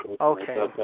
Okay